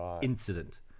incident